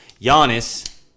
Giannis